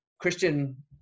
christian